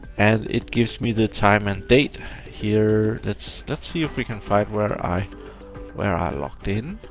and it gives me the time and date here. let's let's see if we can find where i where i logged in.